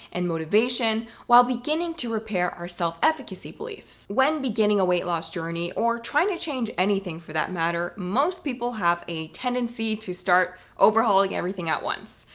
and motivation, while beginning to repair our self-efficacy beliefs. when beginning a weight loss journey, or trying to change anything for that matter, most people have a tendency to start overhauling everything at once.